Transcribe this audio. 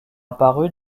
apparue